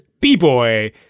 B-Boy